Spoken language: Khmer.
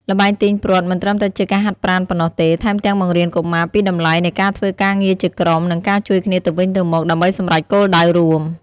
ល្បែងទាញព្រ័ត្រមិនត្រឹមតែជាការហាត់ប្រាណប៉ុណ្ណោះទេ ថែមទាំងបង្រៀនកុមារពីតម្លៃនៃការធ្វើការងារជាក្រុម និងការជួយគ្នាទៅវិញទៅមកដើម្បីសម្រេចគោលដៅរួម។